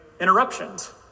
interruptions